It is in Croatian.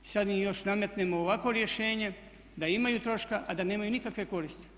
I sada im još nametnemo ovakvo rješenje da imaju troška a da nemaju nikakve koristi.